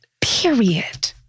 Period